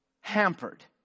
hampered